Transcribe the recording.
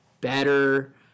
better